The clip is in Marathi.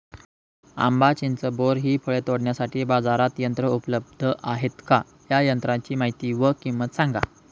आंबा, चिंच, बोर हि फळे तोडण्यासाठी बाजारात यंत्र उपलब्ध आहेत का? या यंत्रांची माहिती व किंमत सांगा?